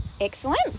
Excellent